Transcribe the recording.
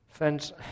Friends